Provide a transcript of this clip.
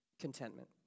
contentment